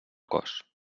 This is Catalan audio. cos